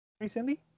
recently